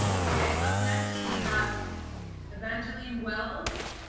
ok, up next, we have evangeline wells.